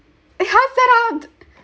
how is that odd